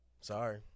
Sorry